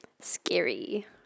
scary